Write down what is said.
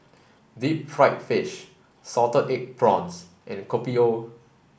deep fried fish salted egg prawns and Kopi O